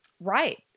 Right